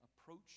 approach